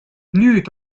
nüüd